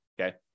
okay